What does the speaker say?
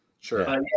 Sure